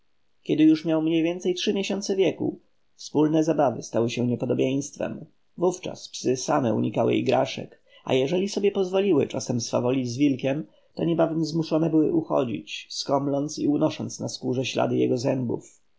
kiedy już miał mniej więcej trzy miesiące wieku wspólne zabawy stały się niepodobieństwem wówczas psy same unikały igraszek a jeśli sobie pozwoliły czasem swawolić z wilkiem to niebawem zmuszone były uchodzić skomląc i unosząc na skórze ślady jego zębów